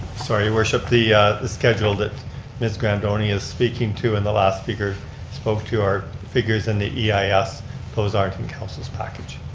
sorry, worship, the the schedule that ms. grandoni is speaking to and the last speaker spoke to are figures in the yeah eis. those aren't in council's package.